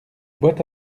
boîte